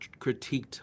critiqued